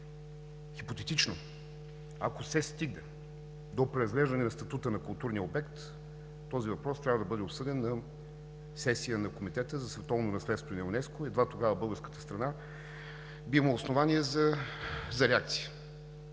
Хипотетично, ако се стигне до преразглеждане на статута на културния обект, този въпрос трябва да бъде обсъден на сесия на Комитета за световно наследство на ЮНЕСКО и едва тогава българската страна да има основание за реакция.